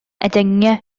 этэҥҥэ